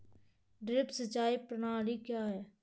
Drip सिंचाई प्रणाली क्या है?